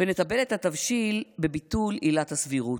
ונתבל את התבשיל בביטול עילת הסבירות,